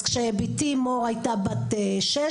כשבתי מור הייתה בת 6,